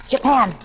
Japan